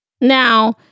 Now